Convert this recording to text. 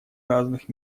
разных